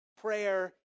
prayer